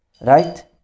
Right